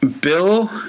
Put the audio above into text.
Bill